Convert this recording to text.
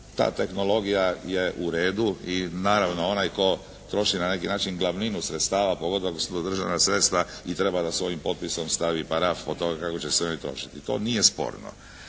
Ta tehnologija je u redu i naravno onaj tko troši na neki način glavninu sredstava pogotovo ako su to državna sredstva i treba da svojim potpisom stavi paraf o tome kako će se oni trošiti, to nije sporno.